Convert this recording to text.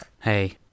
Hey